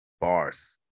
Bars